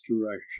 direction